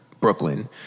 Brooklyn